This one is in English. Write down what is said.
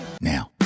Now